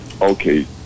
okay